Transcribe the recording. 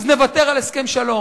אז נוותר על הסכם שלום,